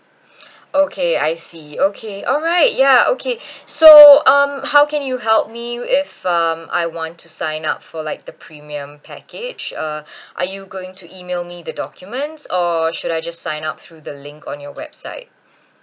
okay I see okay alright ya okay so um how can you help me if um I want to sign up for like the premium package uh are you going to email me the documents or should I just sign up through the link on your website